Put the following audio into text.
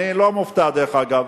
אני לא מופתע, דרך אגב,